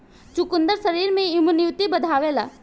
चुकंदर शरीर में इमुनिटी बढ़ावेला